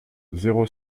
zéro